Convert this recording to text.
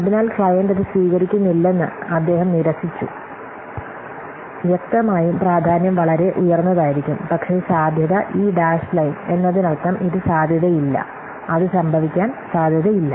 അതിനാൽ ക്ലയന്റ് അത് സ്വീകരിക്കുന്നില്ലെന്ന് അദ്ദേഹം നിരസിച്ചു വ്യക്തമായും പ്രാധാന്യം വളരെ ഉയർന്നതായിരിക്കും പക്ഷേ സാധ്യത ഈ ഡാഷ് ലൈൻ എന്നതിനർത്ഥം ഇത് സാധ്യതയില്ല അത് സംഭവിക്കാൻ സാധ്യതയില്ല